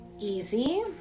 easy